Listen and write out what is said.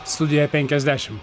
studijoje penkiasdešim